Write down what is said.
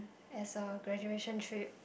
as a graduation trip